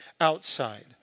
outside